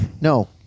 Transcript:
No